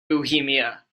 bohemia